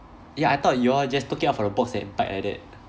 ya I thought you all just took it out from the box and bite like that